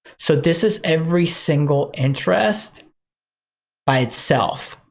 so this is every single interest by itself.